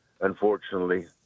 unfortunately